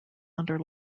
under